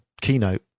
keynote